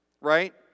right